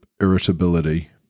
irritability